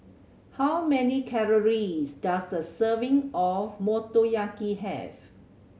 how many calories does a serving of Motoyaki have